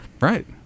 Right